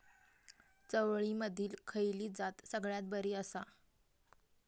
चवळीमधली खयली जात सगळ्यात बरी आसा?